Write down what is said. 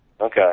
Okay